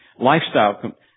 Lifestyle